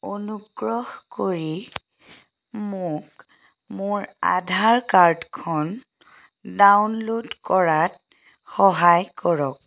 অনুগ্ৰহ কৰি মোক মোৰ আধাৰ কাৰ্ডখন ডাউনল'ড কৰাত সহায় কৰক